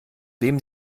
wem